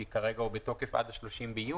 כי כרגע הוא בתוקף עד ה-30 ביוני,